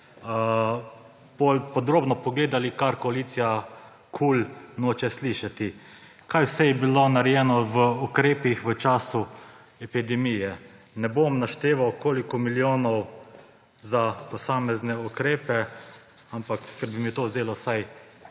podrobno pogledali, česar koalicija KUL noče slišati, kaj vse je bilo narejeno v ukrepih v času epidemije. Ne bom našteval, koliko milijonov za posamezne ukrepe, ker bi mi to vzelo vsaj